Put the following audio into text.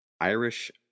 Irish